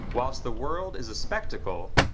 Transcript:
whilst the world is a spectacle,